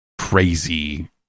crazy